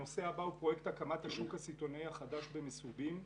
הנושא הבא הוא פרויקט הקמת השוק הסיטונאי החדש במסובים.